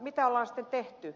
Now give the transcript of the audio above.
mitä on sitten tehty